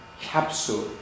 capsule